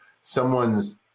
someone's